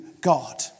God